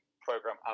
program